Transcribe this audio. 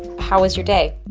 how was your day?